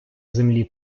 землі